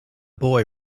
boy